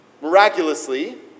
miraculously